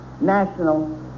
national